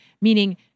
Meaning